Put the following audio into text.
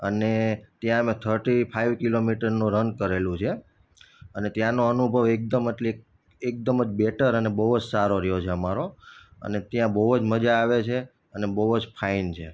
અને ત્યાં અમે થર્ટી ફાઇવ કિલોમીટરનો રન કરેલું છે અને ત્યાંનો અનુભવ એકદમ એટલે એકદમ જ બેટર અને બહુ જ સારો રહ્યો છે અમારો અને ત્યાં બહુ જ મજા આવે છે અને બહુ જ ફાઇન છે